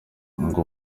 ngo